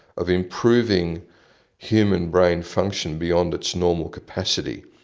of improving human brain function beyond its normal capacity,